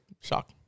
shock